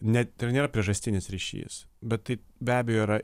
ne tai yra nėra priežastinis ryšys bet tai be abejo yra